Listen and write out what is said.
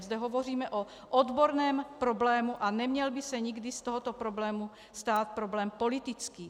Zde hovoříme o odborném problému a neměl by se nikdy z tohoto problému stát problém politický.